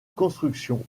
construction